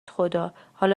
خدا، حالا